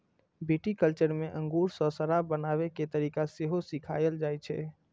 viticulture मे अंगूर सं शराब बनाबै के तरीका सेहो सिखाएल जाइ छै